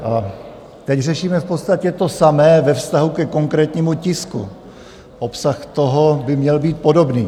A teď řešíme v podstatě to samé ve vztahu ke konkrétnímu tisku, obsah toho by měl být podobný.